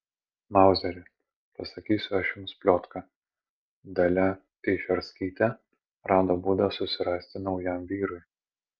mauzeri pasakysiu aš jums pliotką dalia teišerskytė rado būdą susirasti naujam vyrui